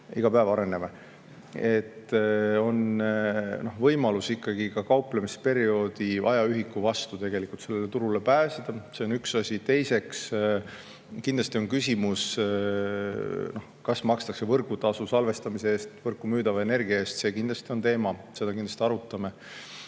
iga päev areneme –, on võimalus ka kauplemisperioodi ajaühiku vastu sellele turule pääseda, see on üks asi. Teiseks, kindlasti on küsimus, kas makstakse võrgutasu salvestamise eest või võrku müüdava energia eest – see on teema, mida me kindlasti arutame.